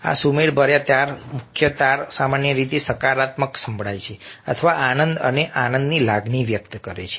આ સુમેળભર્યા તાર મુખ્ય તાર સામાન્ય રીતે સકારાત્મક સંભળાય છે અથવા આનંદ અને આનંદની લાગણી વ્યક્ત કરે છે